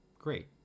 great